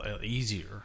easier